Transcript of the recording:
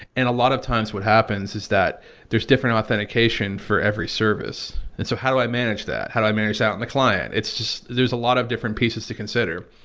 and a lot of times what happens is that there's different authentication for every service and so how do i manage that? how do i manage that on the client? it's just there's a lot of different pieces to consider.